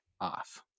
off